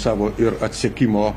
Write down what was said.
savo ir atsekimo